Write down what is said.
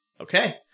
Okay